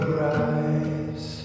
rise